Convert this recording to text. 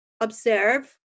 observe